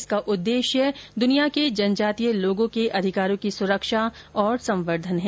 इसका उद्देश्य दुनिया के जनजातीय लोगों के अधिकारों की सुरक्षा और संवर्धन है